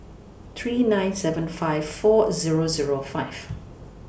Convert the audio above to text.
three nine seven five four Zero Zero five